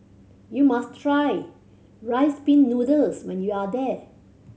you must try Rice Pin Noodles when you are there